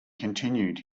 continued